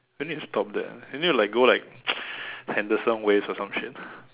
we need to stop that we need to like go like Henderson waves or some shit